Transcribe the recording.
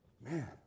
Man